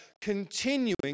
continuing